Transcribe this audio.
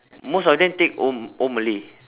most of them take O O malay